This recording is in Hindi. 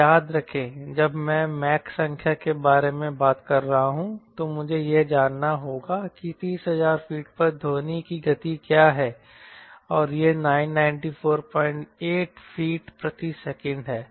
और याद रखें जब मैं मैक संख्या के बारे में बात कर रहा हूं तो मुझे यह जानना होगा कि 30000 फीट पर ध्वनि की गति क्या है और यह 9948 फीट प्रति सेकंड है